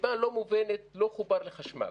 מסיבה לא מובנת, לא חובר לחשמל.